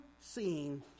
seen